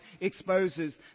exposes